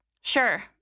Sure